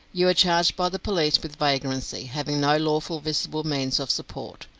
you are charged by the police with vagrancy, having no lawful visible means of support.